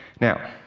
Now